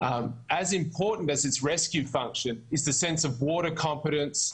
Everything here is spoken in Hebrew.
שיעור המיתות מטביעה ב-2020 היה הגבוה ביותר מאז 2016,